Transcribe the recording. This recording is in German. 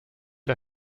der